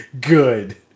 good